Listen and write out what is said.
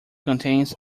contains